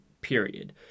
period